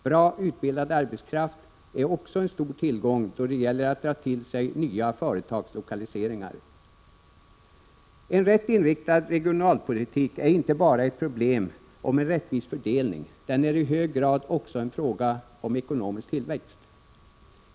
Bra utbildad arbetskraft är också en stor tillgång då det gäller att dra till sig nya företagslokaliseringar. En riktigt inriktad regionalpolitik handlar inte bara om problemet med en rättvis fördelning, utan det är också i hög grad fråga om ekonomisk tillväxt.